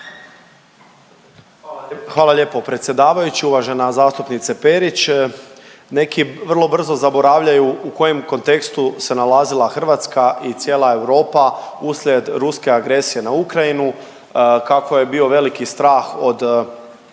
Hvala lijepo predsjedavajući. Uvažena zastupnice Perić, neki vrlo brzo zaboravljaju u kojem kontekstu se nalazila Hrvatska i cijela Europa uslijed ruske agresije na Ukrajinu, kako je bio veliki strah od